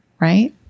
right